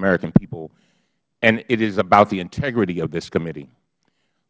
american people and it is about the integrity of this committee